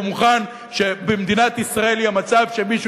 והוא מוכן שבמדינת ישראל יהיה מצב שמישהו